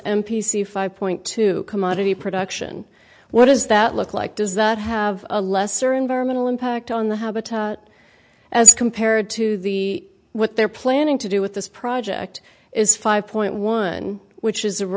c five point two commodity production what does that look like does that have a lesser environmental impact on the habitat as compared to the what they're planning to do with this project is five point one which is